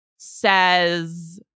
says